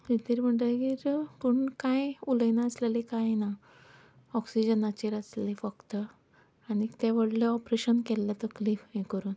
शुद्दीर म्हणटकीर पूण कांय उलयनासल्ली कांय ना ऑक्सिजनाचेर आसली फक्त आनीक तें व्हडलें ऑपरेशन केल्लें तकली हें करुन